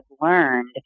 learned